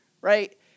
Right